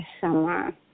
summer